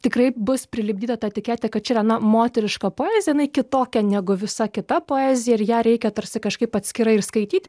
tikrai bus prilipdyta ta etiketė kad čia yra na moteriška poezija jinai kitokia negu visa kita poezija ir ją reikia tarsi kažkaip atskirai ir skaityt